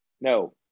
no